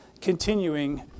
continuing